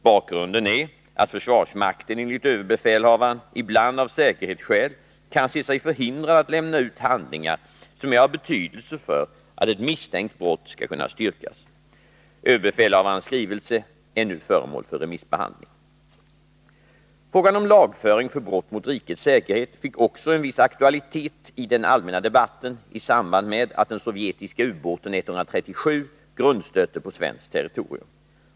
Bakgrunden är att försvarsmakten enligt överbefälhavaren ibland av säkerhetsskäl kan se sig förhindrad att lämna ut handlingar som är av betydelse för att ett misstänkt brott skall kunna styrkas. Överbefälhavarens skrivelse är nu föremål för remissbehandling. Frågan om lagföring för brott mot rikets säkerhet fick också viss aktualitet i den allmänna debatten i samband med att den sovjetiska ubåten 137 grundstötte på svenskt territorium.